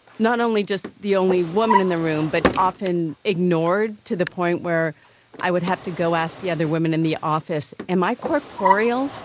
not only just the only woman in the room, but often ignored to the point where i would have to go ask the other women in the office, am i corporeal?